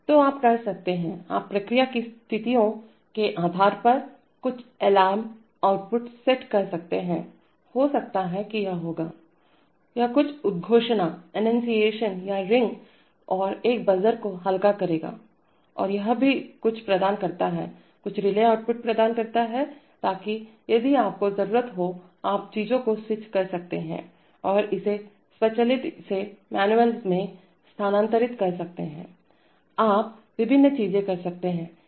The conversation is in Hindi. तो आप कर सकते हैं आप प्रक्रिया की स्थितियों के आधार पर आप कुछ अलार्म आउटपुट सेट कर सकते हैं हो सकता है कि यह होगा यह कुछ उद्घोषणाअंनुनशीएशन या रिंग और एक बजर को हल्का करेगा और यह भी कुछ प्रदान करता है कुछ रिले आउटपुट प्रदान करता है ताकि यदि आपको ज़रूरत हो आप चीजों को स्विच कर सकते हैं या इसे स्वचालित से मैन्युअल में स्थानांतरित कर सकते हैं आप विभिन्न चीजें कर सकते हैं